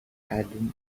adam